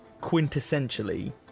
quintessentially